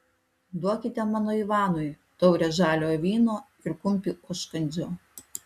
duokite mano ivanui taurę žaliojo vyno ir kumpį užkandžio